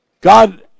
God